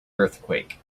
earthquake